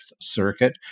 Circuit